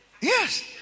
Yes